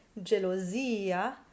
gelosia